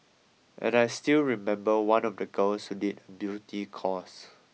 and I still remember one of the girls who did beauty course